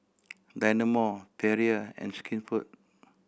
Dynamo Perrier and Skinfood